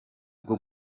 bwo